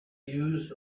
used